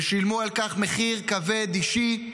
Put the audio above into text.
ושילמו על כך מחיר אישי כבד.